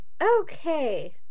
okay